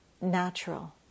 natural